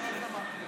לא, לא שמעתי.